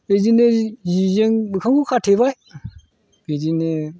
बिदिनो सिजों मोखांखौ खाथेबाय बिदिनो